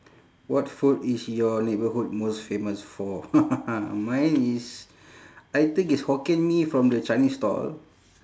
what food is your neighbourhood most famous for mine is I think it's hokkien mee from the chinese stall